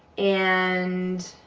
and.